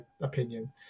opinion